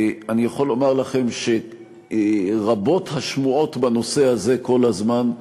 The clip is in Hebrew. אני יכול לומר לכם שרבות השמועות בנושא הזה כל הזמן,